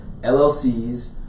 LLCs